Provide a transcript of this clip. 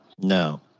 No